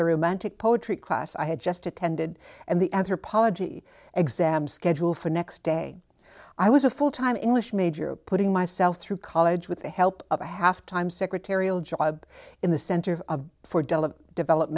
the romantic poetry class i had just attended and the anthropology exam schedule for next day i was a full time english major putting myself through college with the help of a half time secretarial job in the center for de